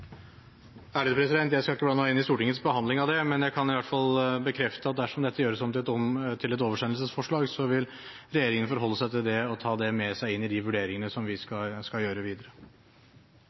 Jeg skal ikke blande meg inn i Stortingets behandling her, men jeg kan i hvert fall bekrefte at dersom dette gjøres om til et oversendelsesforslag, vil regjeringen forholde seg til det og ta det med seg inn i de vurderingene som den skal gjøre videre.